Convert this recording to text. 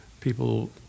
People